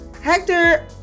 Hector